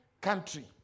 country